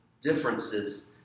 differences